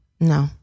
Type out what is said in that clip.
No